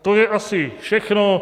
To je asi všechno.